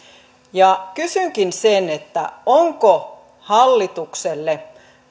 kysynkin ovatko hallitukselle